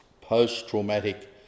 post-traumatic